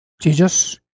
Jesus